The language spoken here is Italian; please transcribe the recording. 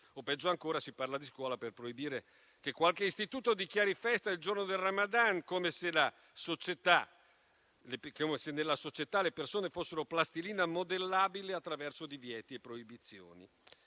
o, peggio ancora, si parla di scuola per proibire che qualche istituto dichiari festa il giorno del Ramadan, come se nella società le persone fossero plastilina modellabile attraverso divieti e proibizioni.